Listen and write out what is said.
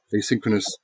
asynchronous